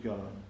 God